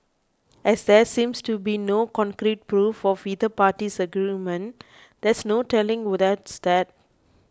as there seems to be no concrete proof of either party's argument there's no telling